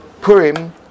Purim